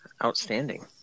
outstanding